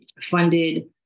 funded